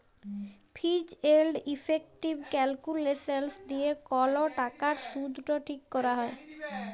ফিজ এলড ইফেকটিভ ক্যালকুলেসলস দিয়ে কল টাকার শুধট ঠিক ক্যরা হ্যয়